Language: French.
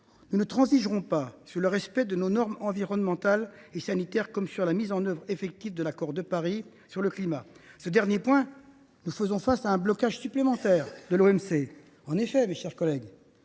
Nous ne transigerons pas sur le respect de nos normes environnementales et sanitaires, comme sur la mise en œuvre effective de l’accord de Paris sur le climat. Sur ce dernier point, nous faisons face à un blocage supplémentaire : l’Organisation mondiale du commerce.